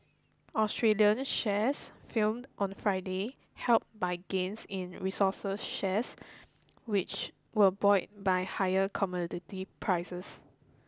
Australian shares filmed on Friday helped by gains in resources shares which were buoyed by higher commodity prices